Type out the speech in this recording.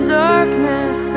darkness